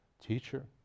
teacher